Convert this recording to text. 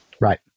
Right